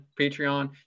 Patreon